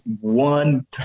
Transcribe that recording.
one